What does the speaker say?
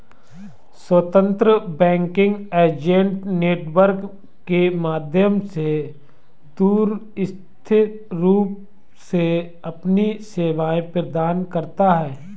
स्वतंत्र banking agent network के माध्यम से दूरस्थ रूप से अपनी सेवाएं प्रदान करता है